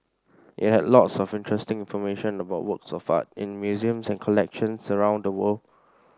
it had lots of interesting information about works of art in museums and collections around the world